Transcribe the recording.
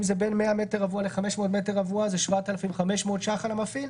אם זה בין 100 מטר רבוע ל-500 מטר רבוע זה 7,500 ש"ח על המפעיל,